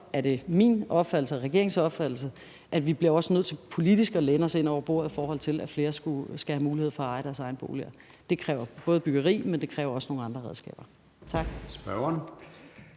regeringens opfattelse, at vi også politisk bliver nødt til at læne os ind over bordet, for at flere skal have mulighed for at eje deres egen bolig. Det kræver både byggeri, men det kræver også nogle andre redskaber. Tak.